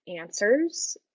Answers